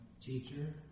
Teacher